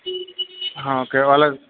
okay వాళ్ళది